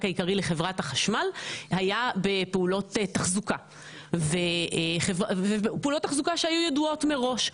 העיקרי לחברת החשמל היה בפעולות תחזוקה שהיו ידועות מראש,